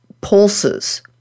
pulses